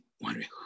wondering